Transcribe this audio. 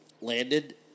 landed